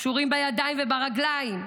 קשורים בידיים וברגליים,